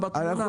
בתמונה.